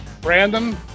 brandon